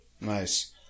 Nice